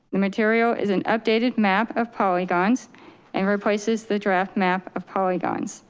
the material is an updated map of polygons and replaces the draft map of polygons.